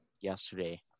yesterday